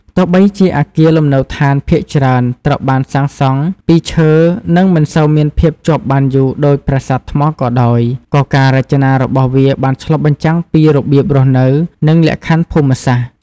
ទោះបីជាអគារលំនៅឋានភាគច្រើនត្រូវបានសាងសង់ពីឈើ និងមិនសូវមានភាពជាប់បានយូរដូចប្រាសាទថ្មក៏ដោយ ក៏ការរចនារបស់វាបានឆ្លុះបញ្ចាំងពីរបៀបរស់នៅ និងលក្ខខណ្ឌភូមិសាស្ត្រ។